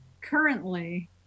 currently